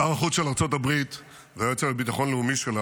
שר החוץ של ארצות הברית והיועץ לביטחון לאומי שלה